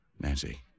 Nancy